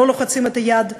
לא לוחצים יד לנשים,